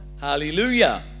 Hallelujah